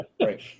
Right